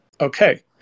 okay